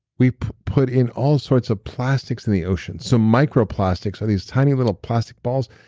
we put in all sorts of plastics in the ocean. so micro plastics are these tiny little plastic balls.